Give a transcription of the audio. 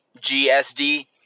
GSD